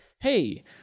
hey